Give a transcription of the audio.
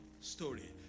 story